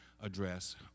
address